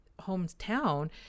hometown